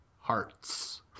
Hearts